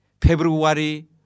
February